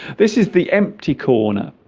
this is the empty corner